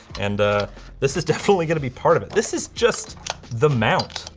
and ah this is definitely going to be part of it. this is just the mount.